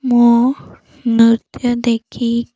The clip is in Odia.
ମୋ ନୃତ୍ୟ ଦେଖି